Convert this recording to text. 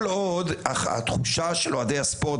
כל עוד התחושה של אוהדי הספורט,